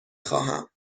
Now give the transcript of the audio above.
خواهم